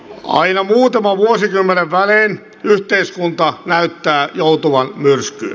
aina muutaman vuosikymmenen välein yhteiskunta näyttää joutuvan myrskyyn